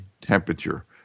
temperature